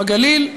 בגליל,